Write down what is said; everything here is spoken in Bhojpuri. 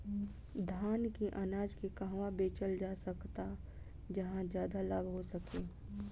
धान के अनाज के कहवा बेचल जा सकता जहाँ ज्यादा लाभ हो सके?